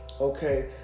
okay